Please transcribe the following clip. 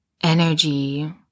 energy